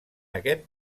aquest